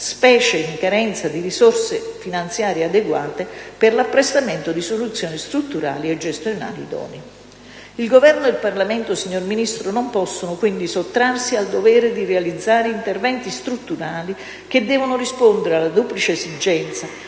specie in carenza di risorse finanziarie adeguate - per l'apprestamento di soluzioni strutturali e gestionali idonee». Il Governo e il Parlamento, signor Ministro, non possono quindi sottrarsi al dovere di realizzare interventi strutturali che devono rispondere alla duplice esigenza